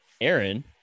Aaron